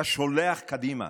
אתה שולח קדימה